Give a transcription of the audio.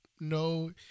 no